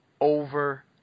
over